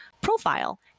profile